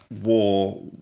war